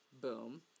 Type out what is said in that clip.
Boom